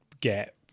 get